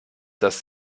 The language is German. dass